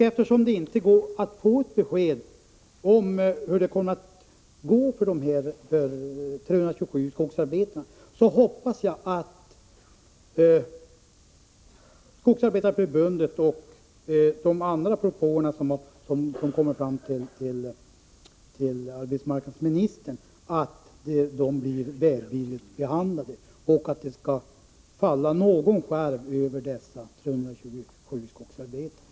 Eftersom det inte går att få något besked om hur det kommer att gå för dessa 327 skogsarbetare, hoppas jag att de propåer som kommer till arbetsmarknadsministern från Skogsarbetareförbundet och från andra håll blir välvilligt behandlade och att det skall falla något gott över dessa 327 skogsarbetare.